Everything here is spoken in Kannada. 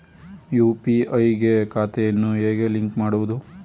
ಯು.ಪಿ.ಐ ಗೆ ಖಾತೆಯನ್ನು ಹೇಗೆ ಲಿಂಕ್ ಮಾಡುವುದು?